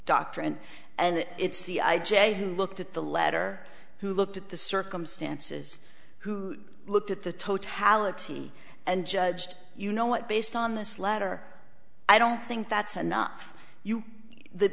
doctrine and it's the i j a who looked at the letter who looked at the circumstances who looked at the totality and judged you know what based on this letter i don't think that's enough you